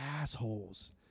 assholes